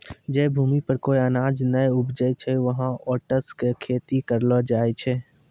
जै भूमि पर कोय अनाज नाय उपजै छै वहाँ ओट्स के खेती करलो जाय छै